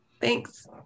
Thanks